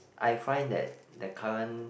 I find that the current